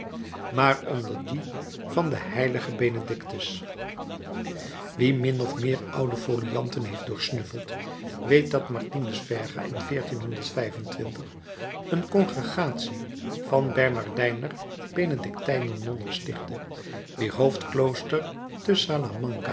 maar onder dien van den h benedictus wie min of meer oude folianten heeft doorgesnuffeld weet dat martinus verga in een congregatie van bernardijner benedictijner nonnen stichtte wier hoofdklooster